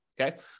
okay